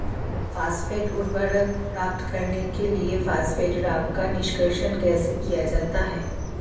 Phosphate उर्वरक प्राप्त करने के लिए फॉस्फेट रॉक का निष्कर्षण कैसे किया जाता है?